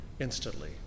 instantly